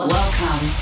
Welcome